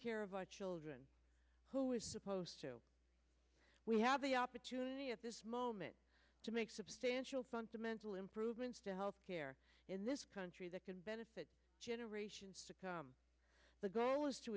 care of our children who is supposed to we have the opportunity at this moment to make substantial fundamental improvements to health care in this country that could benefit generations to come the goal is to